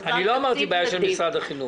זה גם תקציב --- אני לא אמרתי בעיה של משרד החינוך.